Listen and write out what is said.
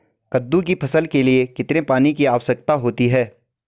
कद्दू की फसल के लिए कितने पानी की आवश्यकता होती है?